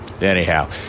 anyhow